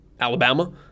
Alabama